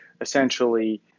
essentially